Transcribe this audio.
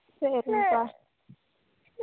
அப்படிங்களா இப்போ ஸ்ப்ளிட் ஏசின்னா எவ்வளோங்க வரும்